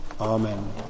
Amen